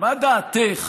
מה דעתך